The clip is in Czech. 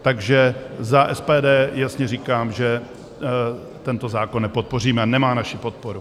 Takže za SPD jasně říkám, že tento zákon nepodpoříme, a nemá naši podporu.